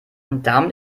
damit